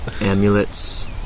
amulets